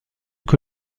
que